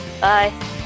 Bye